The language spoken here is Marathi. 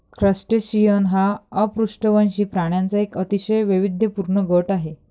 क्रस्टेशियन हा अपृष्ठवंशी प्राण्यांचा एक अतिशय वैविध्यपूर्ण गट आहे